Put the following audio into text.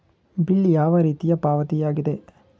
Bill ಯಾವ ರೀತಿಯ ಪಾವತಿಯಾಗಿದೆ?